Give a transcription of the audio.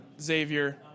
Xavier